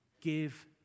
give